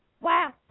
Wow